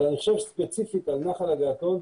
אבל אני חושב ספציפית על נחל הגעתון,